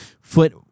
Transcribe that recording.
foot